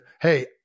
hey